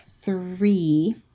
three